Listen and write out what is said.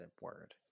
word